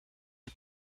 are